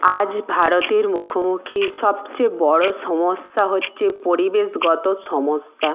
আজ ভারতের মুখোমুখি সবচেয়ে বড়ো সমস্যা হচ্ছে পরিবেশগত সমস্যা